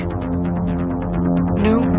New